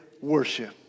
worship